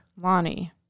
Lonnie